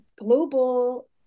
global